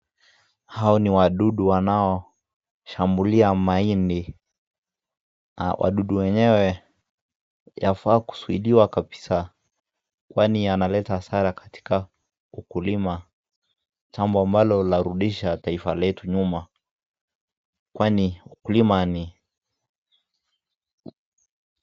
Hawa ni wadudu wanaoshambulia mahindi, wadudu wenyewe yafaa kuzuiliwa kabisa, kwani yanaleta hasara katika ukulima, jambo ambalo larudisha taifa letu nyuma, kwani ukulima ni.